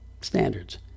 standards